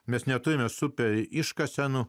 mes neturime super iškasenų